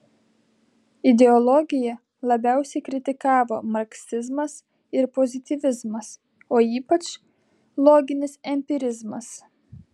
ideologiją labiausiai kritikavo marksizmas ir pozityvizmas o ypač loginis empirizmas